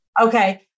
Okay